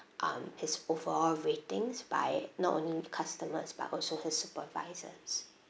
um his overall ratings by not only customers but also his supervisors